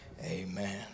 amen